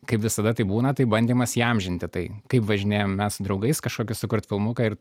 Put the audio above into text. kaip visada tai būna tai bandymas įamžinti tai kaip važinėjam mes su draugais kažkokį sukurt filmuką ir